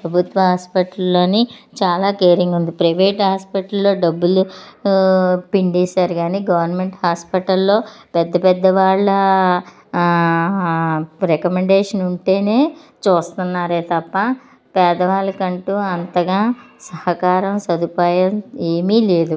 ప్రభుత్వ హాస్పిటల్లోని చాలా కేరింగ్ ఉంది ప్రైవేట్ హాస్పిటల్లో డబ్బులు పిండేసారు కానీ గవర్నమెంట్ హాస్పిటల్లో పెద్ద పెద్ద వాళ్ళ రికమెండేషన్ ఉంటేనే చూస్తున్నారే తప్ప పేదవాళ్ళకు అంటూ అంతగా సహకారం సదుపాయం ఏమీ లేదు